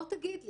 בוא תגיד לי.